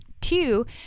two